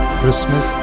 Christmas